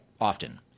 often